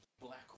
black